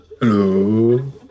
Hello